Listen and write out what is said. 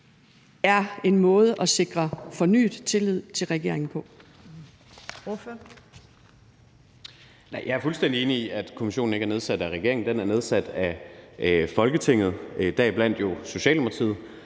er en måde at sikre fornyet tillid til regeringen på?